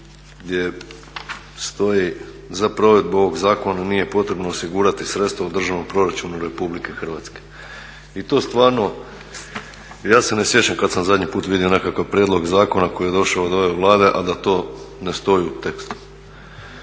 gdje stoji za provedbu ovog zakona nije potrebno osigurati sredstva u državnom proračunu Republike Hrvatske. I to stvarno, ja sene sjećam kad sam zadnji put vidio nekakav prijedlog zakona koji je došao od ove Vlade, a da to ne stoji u tekstu.